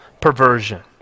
perversion